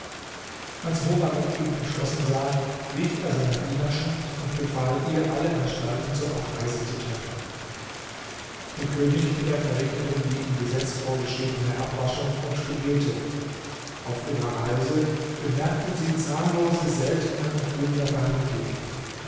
als mobarek ihn entschlossen sah rief er seiner dienerschaft und befahl ihr alle anstalten zur abreise zu treffen der könig und er verrichteten die im gesetz vorgeschriebene abwaschung und gebete auf ihrer reise bemerkten sie zahllose seltene und wunderbare dinge